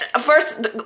first